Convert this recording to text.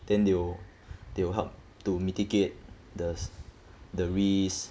then they will they will help to mitigate does the risk